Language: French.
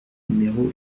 numéro